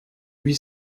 huit